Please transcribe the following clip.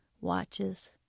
watches